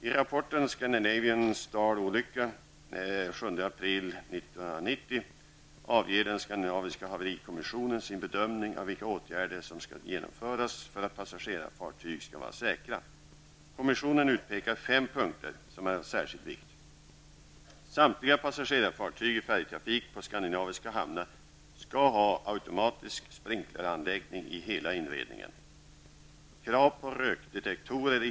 I 1990'' avger den skandinaviska haverikommissionen sin bedömning av vilka åtgärder som skall genomföras för att passagerarfartyg skall vara säkra. Kommissionen utpekar fem punkter som är av särskild vikt: * Samtliga passagerarfartyg i färjetrafik på skandinaviska hamnar skall ha automatisk sprinkleranläggning i hela inredningen.